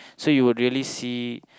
so you would really see